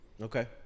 Okay